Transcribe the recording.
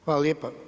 Hvala lijepa.